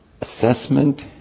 assessment